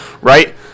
right